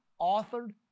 authored